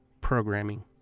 programming